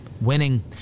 Winning